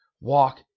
walk